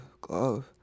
glove